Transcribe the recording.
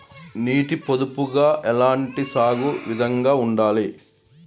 నీటి పొదుపుగా ఎలాంటి సాగు విధంగా ఉండాలి?